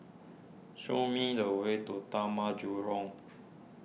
show me the way to Taman Jurong